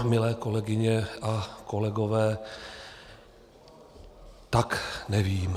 Milé kolegyně a kolegové, tak nevím.